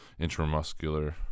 intramuscular